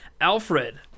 Alfred